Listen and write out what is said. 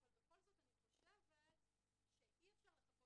אבל בכל זאת אני חושבת שאי אפשר לחכות